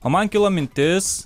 o man kilo mintis